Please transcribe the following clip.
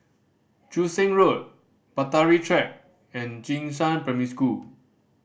Joo Seng Road Bahtera Track and Jing Shan Primary School